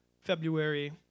February